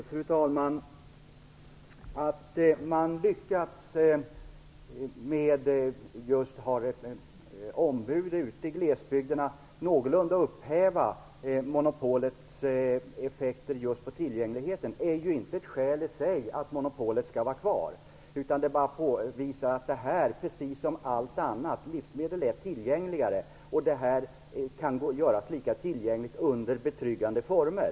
Fru talman! Att man har lyckats, just genom att ha ombud ute i glesbygden, att någorlunda upphäva monopolets effekter på tillgängligheten är ju inte ett skäl i sig för att monopolet skall vara kvar. Det bara påvisar att det här, precis som allt annat - livsmedel är tillgängligare - kan göras lika tillgängligt under betryggande former.